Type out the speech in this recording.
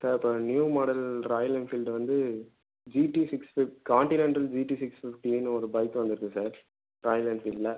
sir இப்போ new model Royal Enfield வந்து GT six ஃபி கான்டினென்டல் ஜிடி சிக்ஸ் ஃபிஃப்டின்னு ஒரு பைக் வந்திருக்கு சார் ராயல் என்ஃபீல்டில்